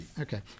Okay